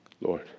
Lord